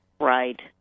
Right